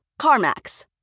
CarMax